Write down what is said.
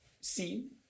seen